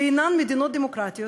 שאינן מדינות דמוקרטיות,